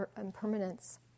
impermanence